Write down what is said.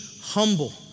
humble